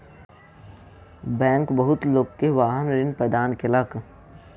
bank बहुत लोक के वाहन ऋण प्रदान केलक